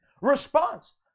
response